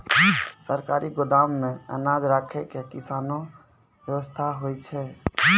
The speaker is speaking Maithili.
सरकारी गोदाम मे अनाज राखै के कैसनौ वयवस्था होय छै?